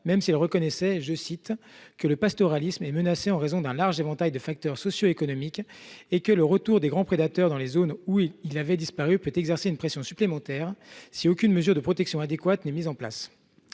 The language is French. même si elle reconnaissait que « le pastoralisme est menacé en raison d’un large éventail de facteurs socio économiques et que le retour des grands prédateurs dans les zones où ils avaient disparu peut exercer une pression supplémentaire si aucune mesure de protection adéquate n’est mise en place ».